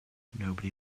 nobody